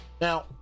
Now